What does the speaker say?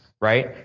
right